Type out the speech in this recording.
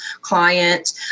client